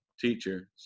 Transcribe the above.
teacher